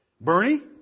Bernie